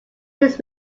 his